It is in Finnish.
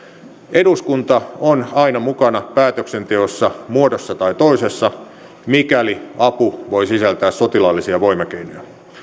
eduskunta on aina mukana päätöksenteossa muodossa tai toisessa mikäli apu voi sisältää sotilaallisia voimakeinoja